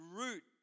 root